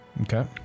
Okay